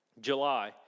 July